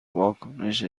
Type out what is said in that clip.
واکنش